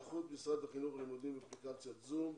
היערכות משרד החינוך ללימודים באפליקציית זום.